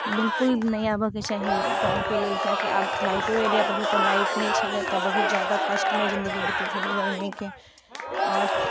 बिलकुल नहि आबऽके चाही गामके लेल कियाकि आब लाइटो अएलै पहले तऽ लाइट नहि छलै तऽ बहुत ज्यादा कष्टमे जिनगी बितै छलै गरमीके आओर